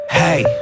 hey